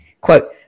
Quote